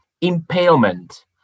Impalement